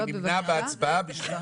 ההסתייגויות, בבקשה.